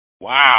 Wow